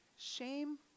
Shame